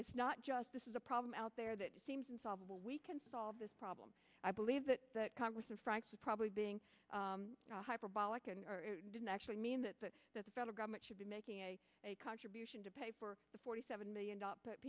it's not just this is a problem out there that seems unsolvable we can solve this problem i believe that that congress and frankly probably being hyperbolic and didn't actually mean that but that the federal government should be making a contribution to pay for the forty seven million dollars but